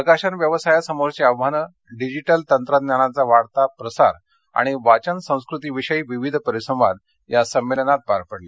प्रकाशन व्यवसायासमोरची आव्हानं डिजिटल तंत्रज्ञानाचा वाढता प्रसार आणि वाचन संस्कृतीविषयी विविध परिसंवाद या संमेलनात पार पडले